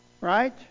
Right